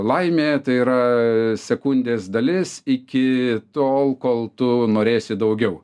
laimė tai yra sekundės dalis iki tol kol tu norėsi daugiau